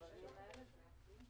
אתה יכול להגיד מתי זה עבר?